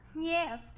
yes